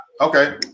Okay